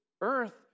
earth